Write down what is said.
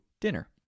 dinner